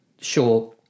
sure